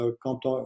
quand